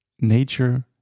nature